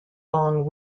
long